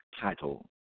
title